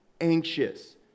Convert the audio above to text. anxious